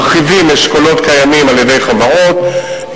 מרחיבים אשכולות קיימים על-ידי חברות,